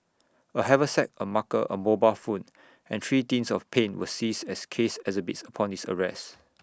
A haversack A marker A mobile phone and three tins of paint were seized as case exhibits upon his arrest